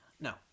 no